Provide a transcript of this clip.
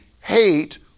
hate